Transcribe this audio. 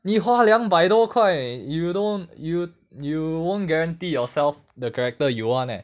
你花两百多块 you don't you you won't guarantee yourself the character you want eh